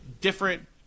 different